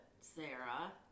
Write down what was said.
Sarah